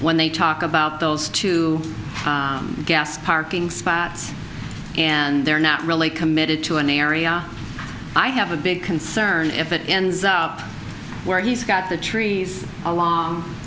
when they talk about those two gas parking spots and they're not really committed to an area i have a big concern if it ends up where he's got the trees along